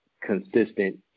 consistent